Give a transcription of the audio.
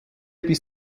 bis